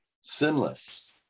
sinless